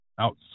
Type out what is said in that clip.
out